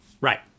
right